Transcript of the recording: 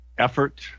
effort